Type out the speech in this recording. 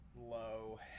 low